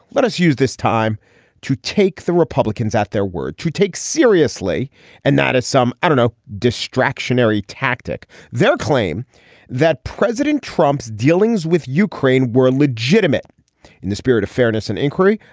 let us use this time to take the republicans at their word to take seriously and not as some i don't know distraction every tactic their claim that president trump's dealings with ukraine were legitimate in the spirit of fairness and inquiry.